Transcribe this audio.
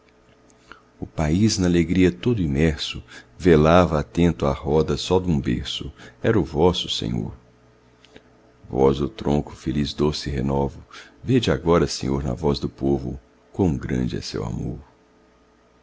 o país nalegria todo imerso velava atento à roda só dum berço era o vosso senhor vós do tronco feliz doce renovo vede agora senhor na voz do povo quão grande é seu amor